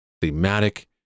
thematic